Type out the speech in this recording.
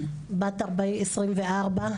בת 24,